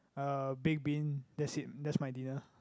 uh baked bean that's it that's my dinner